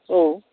औ